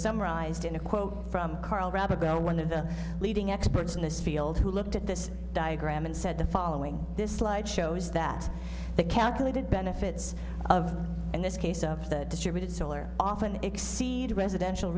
summarized in a quote from carl rob ago one of the leading experts in this field who looked at this diagram and said the following this slide shows that the calculated benefits of in this case of the distributed solar often exceed residential